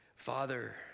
Father